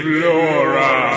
Flora